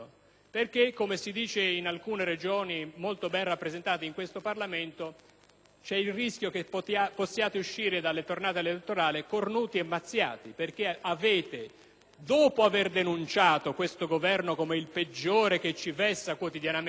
c'è il rischio che possiate uscire dalle tornate elettorali "cornuti e mazziati". Infatti, dopo aver denunciato questo Governo come quello peggiore e che ci vessa quotidianamente, cari colleghi dell'Italia dei Valori, avete acconsentito a che si arrivasse a questo